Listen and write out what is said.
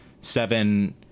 seven